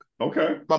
okay